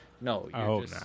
No